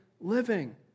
living